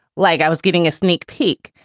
like i was getting a sneak peek.